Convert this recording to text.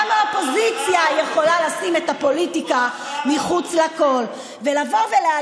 את שרת ברכה לאופוזיציה, ברכה לאופוזיציה.